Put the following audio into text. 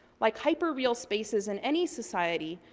like hyperreal spaces in any society,